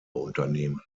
unternehmen